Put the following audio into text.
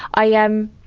i um.